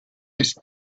its